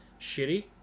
shitty